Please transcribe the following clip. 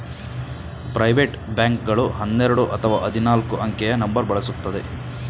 private bank ಗಳು ಹನ್ನೆರಡು ಅಥವಾ ಹದಿನಾಲ್ಕು ಅಂಕೆಯ ನಂಬರ್ ಬಳಸುತ್ತದೆ